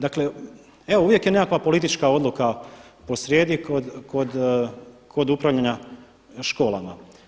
Dakle, uvijek je nekakva politička odluka posrijedi kod upravljanja školama.